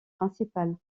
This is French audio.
principal